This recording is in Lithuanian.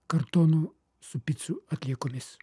kartono su picų atliekomis